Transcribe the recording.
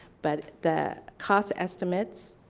but the cost estimates,